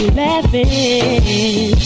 laughing